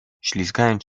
ślizgając